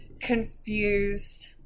confused